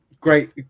Great